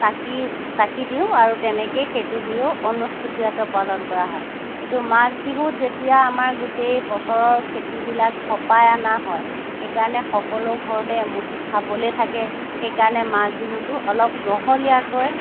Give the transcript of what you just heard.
চাকি চাকি দিওঁ আৰু তেনেকৈয়ে সেইটো বিহু অনুষ্টুপীয়াকৈ পালন কৰা হয় কিন্তু মাঘ বিহুত যেতিয়া আমাৰ গোটেই বছৰৰ খেতিবিলাক চপাই অনা হয় সেইকাৰণে সকলো ঘৰতে এমুঠি খাবলৈ থাকে সেইকাৰণে মাঘ বিহুটো অলপ বহলীয়াকৈ